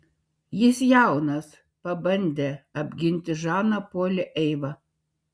jis jaunas pabandė apginti žaną polį eiva